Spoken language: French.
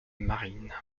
marine